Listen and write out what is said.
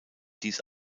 dies